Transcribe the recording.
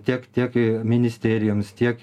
tiek tiek ministerijoms tiek